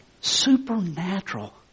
supernatural